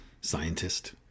scientist